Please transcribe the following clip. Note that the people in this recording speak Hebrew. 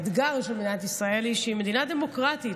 האתגר של מדינת ישראל הוא שהיא מדינה דמוקרטית,